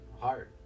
Hard